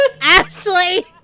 Ashley